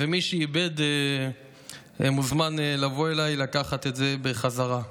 ומי שאיבד מוזמן לבוא אליי לקחת את זה בחזרה.